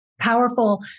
powerful